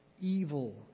evil